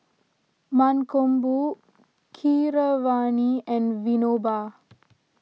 Mankombu Keeravani and Vinoba